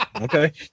Okay